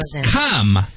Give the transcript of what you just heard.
come